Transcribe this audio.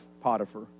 Potiphar